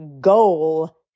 Goal